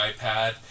iPad